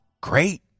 great